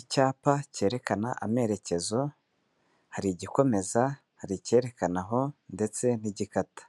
Icyapa cyerekana amerekezo, hari igikomeza hari icyerekana aho ndetse n'igikata.